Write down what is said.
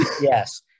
Yes